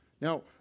Now